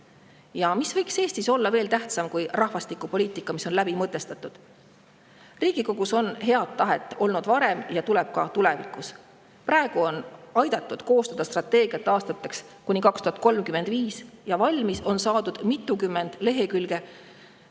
Mis võiks Eestis olla veel tähtsam kui rahvastikupoliitika, mis on hästi läbi mõeldud. Riigikogus on head tahet olnud varem ja tuleb ka tulevikus. Praegu on aidatud koostada strateegiat aastateks kuni 2035 ja valmis on saadud mitukümmend lehekülge